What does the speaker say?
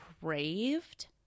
craved